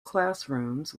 classrooms